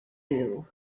you